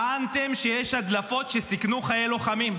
טענתם שיש הדלפות, שסיכנו חיי לוחמים.